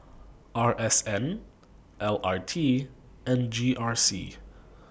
R S N L R T and G R C